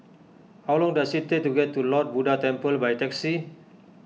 how long does it take to get to Lord Buddha Temple by taxi